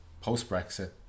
post-Brexit